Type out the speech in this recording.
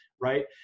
right